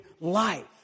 life